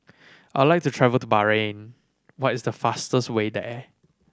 I would like to travel to Bahrain what is the fastest way there